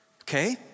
Okay